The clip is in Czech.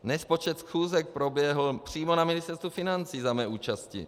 Nespočet schůzek proběhl přímo na Ministerstvu financí za mé účasti.